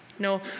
no